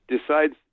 decides